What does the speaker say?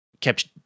kept